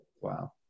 Wow